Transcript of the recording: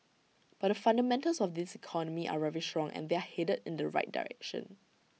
but the fundamentals of this economy are very strong and they're headed in the right direction